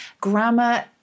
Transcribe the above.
Grammar